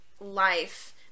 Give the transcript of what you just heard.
life